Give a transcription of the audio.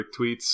tweets